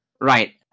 Right